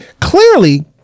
clearly